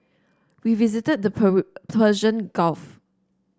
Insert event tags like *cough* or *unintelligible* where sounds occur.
we visited the *unintelligible* Persian Gulf